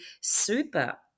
super